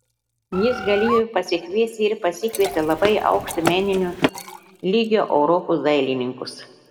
jis galėjo pasikviesti ir pasikvietė labai aukšto meninio lygio europos dailininkus